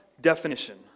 definition